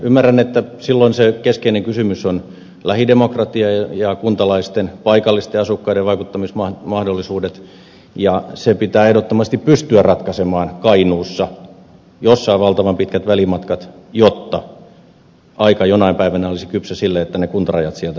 ymmärrän että silloin se keskeinen kysymys on lähidemokratia ja kuntalaisten paikallisten asukkaiden vaikuttamismahdollisuudet ja se pitää ehdottomasti pystyä ratkaisemaan kainuussa jossa on valtavan pitkät välimatkat jotta aika jonain päivänä olisi kypsä sille että ne kuntarajat sieltä kaatuisivat